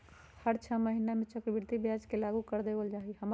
हर छ महीना में चक्रवृद्धि ब्याज के लागू कर देवल जा हई